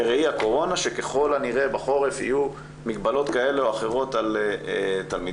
בראי הקורונה שככל הנראה בחורף יהיו מגבלות כאלה או אחרות על תלמידים,